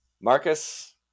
Marcus